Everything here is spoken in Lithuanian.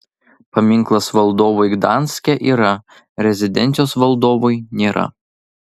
paminklas valdovui gdanske yra rezidencijos valdovui nėra